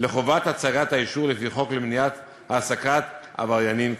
לחובת הצגת האישור לפי החוק למניעת העסקת עבריינים כאלה.